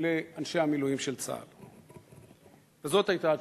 לאנשי המילואים של צה"ל, וזאת היתה התשובה: